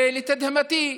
ולתדהמתי,